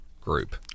group